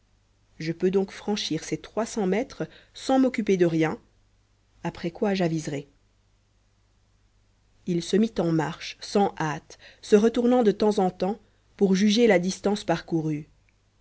je peux donc franchir ces trois cents mètres sans m'occuper de rien après quoi j'aviserai il se mit en marche sans hâte se retournant de temps en temps pour juger la distance parcourue